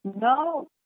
no